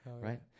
Right